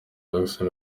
jackson